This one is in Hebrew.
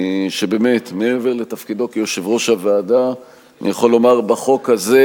שבאמת מעבר לתפקידו כיושב-ראש הוועדה אני יכול לומר בחוק הזה,